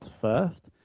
first